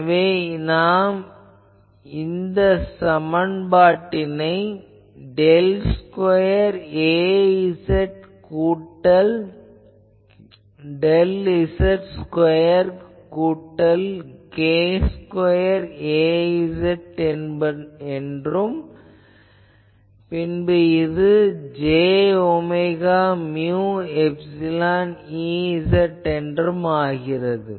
எனவே நாம் இந்த சமன்பாடு டெல் ஸ்கொயர் Az கூட்டல் டெல் z ஸ்கொயர் கூட்டல் k ஸ்கொயர் Az என்பது j omega mu epsilon Ez ஆகும்